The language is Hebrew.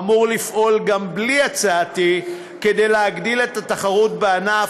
אמור לפעול גם בלי הצעתי להגדיל את התחרות בענף,